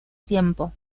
tiempo